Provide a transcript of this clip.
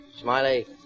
Smiley